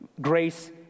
Grace